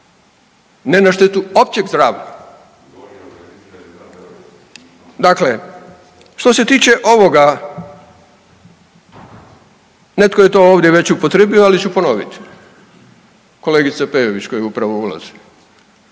ne na štetu općeg zdravlja. Dakle, što se tiče ovoga, netko je to ovdje već upotrijebio, ali ću ponoviti kolegici Peović koja upravo ulazi,